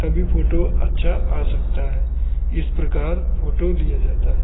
अभी फ़ोटो अच्छा आ सकता है इस प्रकार फ़ोटो लिया जाता है